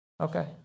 Okay